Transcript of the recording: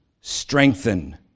strengthen